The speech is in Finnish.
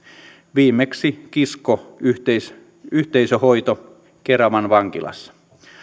viimeksi kiskon yhteisöhoito yhteisöhoito keravan vankilassa